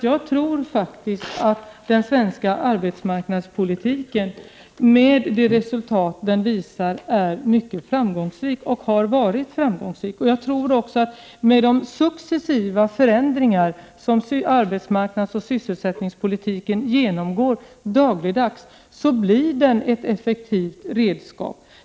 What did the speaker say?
Jag tror faktiskt att den svenska arbetsmarknadspolitiken, med det resultat som den visar, är mycket framgångsrik och har varit framgångsrik. Med de successiva förändringar som arbetsmarknadsoch sysselsättningspolitiken dagligen genomgår tror jag också att den blir ett effektivt redskap.